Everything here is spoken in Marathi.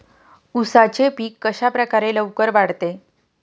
उसाचे पीक कशाप्रकारे लवकर वाढते?